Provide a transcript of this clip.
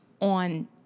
on